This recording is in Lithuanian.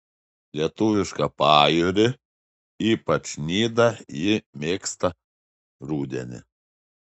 lietuvišką pajūrį ypač nidą ji mėgsta rudenį